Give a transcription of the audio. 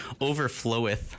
overfloweth